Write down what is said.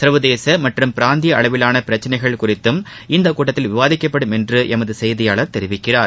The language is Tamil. சா்வதேச மற்றும் பிராந்திய அளவிலான பிரச்சினைகள் குறித்தும் இந்த கூட்டத்தில் விவாதிக்கப்படும் என்று எமது செய்தியாளர் தெரிவிக்கிறார்